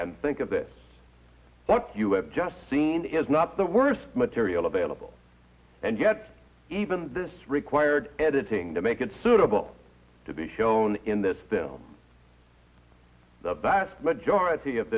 and think of this what you have just seen is not the worst material available and yet even this required editing to make it suitable to be shown in this them the vast majority of